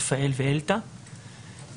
רפאל ואלתא,